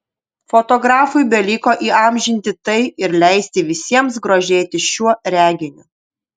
fotografui beliko įamžinti tai ir leisti visiems grožėtis šiuo reginiu